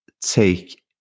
take